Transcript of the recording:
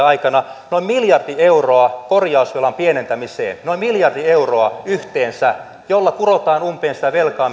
aikana noin miljardi euroa korjausvelan pienentämiseen noin miljardi euroa yhteensä jolla kurotaan umpeen sitä velkaa